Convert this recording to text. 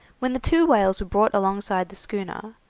when the two whales were brought alongside the schooner,